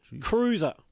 Cruiser